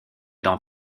dans